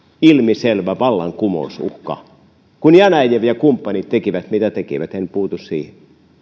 ilmiselvä vallankumousuhka kun janajev ja kumppanit tekivät mitä tekivät en puutu siihen